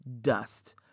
dust